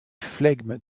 flegme